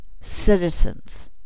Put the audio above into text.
citizens